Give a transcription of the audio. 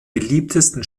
beliebtesten